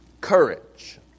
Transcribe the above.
Courage